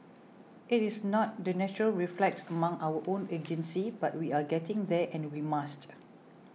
it is not the natural reflex among our own agencies but we are getting there and we must